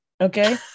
Okay